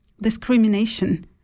discrimination